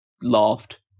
laughed